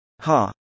Ha